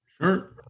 sure